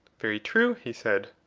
very true, he said.